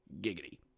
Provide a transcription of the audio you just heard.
Giggity